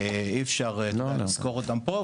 אי אפשר לסקור אותם פה,